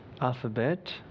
alphabet